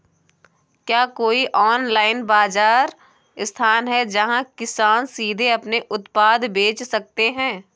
क्या कोई ऑनलाइन बाज़ार स्थान है जहाँ किसान सीधे अपने उत्पाद बेच सकते हैं?